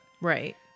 Right